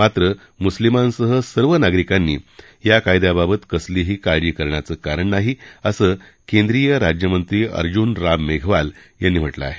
मात्र मुस्लिमांसह सर्व नागरिकांनी या कायद्याबाबत कसलीही काळजी करण्याचं कारण नाही असं केंद्रीय राज्यमंत्री अर्जुन राम मेघवाल यांनी म्हटलं आहे